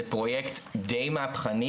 בעיניי, זה פרויקט די מהפכני